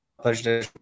pleasure